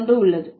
ஒரு உள்ளது